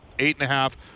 eight-and-a-half